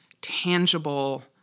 tangible